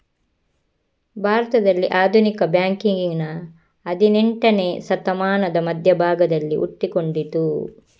ಭಾರತದಲ್ಲಿ ಆಧುನಿಕ ಬ್ಯಾಂಕಿಂಗಿನ ಹದಿನೇಂಟನೇ ಶತಮಾನದ ಮಧ್ಯ ಭಾಗದಲ್ಲಿ ಹುಟ್ಟಿಕೊಂಡಿತು